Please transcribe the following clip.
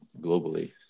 globally